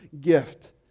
gift